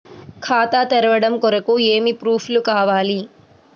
ఖాతా తెరవడం కొరకు ఏమి ప్రూఫ్లు కావాలి?